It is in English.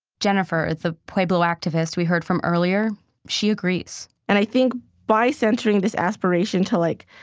jennifer the pueblo activist we heard from earlier she agrees and i think by centering this aspiration to, like,